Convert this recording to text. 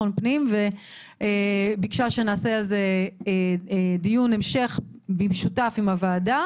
פנים וביקשה שנעשה על זה דיון המשך במשותף עם הוועדה.